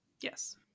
yes